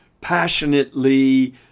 passionately